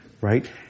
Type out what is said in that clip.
right